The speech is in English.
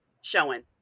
showing